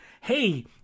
hey